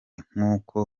nkuko